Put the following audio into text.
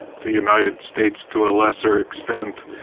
the united states to a lesser extent,